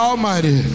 Almighty